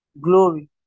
glory